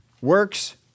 Works